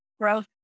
growth